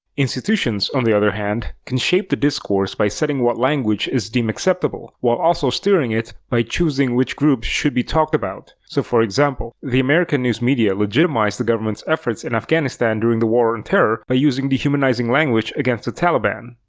institutions, on the other hand, can shape the discourse by setting what language is deemed acceptable, while also steering it by choosing which groups should be talked about. so for example, the american news media legitimized the government's efforts in afghanistan during the war on and terror by using dehumanizing language against the taliban.